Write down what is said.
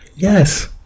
yes